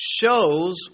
shows